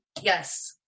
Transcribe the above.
yes